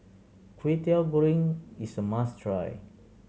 Kway Teow Goreng is a must try